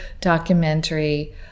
documentary